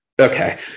Okay